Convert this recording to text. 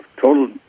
total